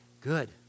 Good